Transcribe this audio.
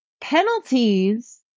penalties